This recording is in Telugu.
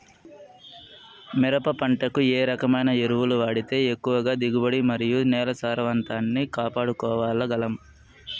మిరప పంట కు ఏ రకమైన ఎరువులు వాడితే ఎక్కువగా దిగుబడి మరియు నేల సారవంతాన్ని కాపాడుకోవాల్ల గలం?